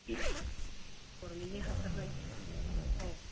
गभर्नमेन्टनि हासार बायदो औ